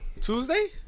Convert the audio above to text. Tuesday